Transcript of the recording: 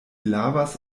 lavas